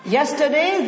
yesterday